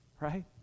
Right